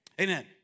Amen